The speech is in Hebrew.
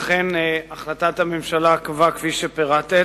אכן החלטת הממשלה קבעה כפי שפירטת.